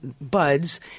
buds